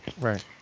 Right